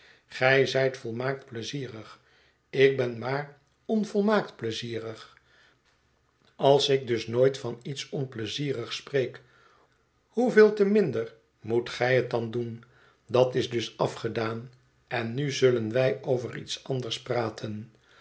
gij zijt volmaakt pleizierig ik ben maar onvolmaakt pleizierig als ik dus nooit van iets onpleizierigs spreek hoeveel te minder moet gij het dan doen dat is dus afgedaan en nu zullen wij over iets anders praten